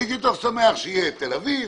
הייתי יותר שמח שיהיה תל אביב,